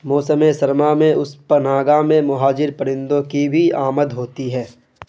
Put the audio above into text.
موسم سرما میں اس پناہ گاہ میں مہاجر پرندوں کی بھی آمد ہوتی ہے